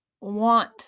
want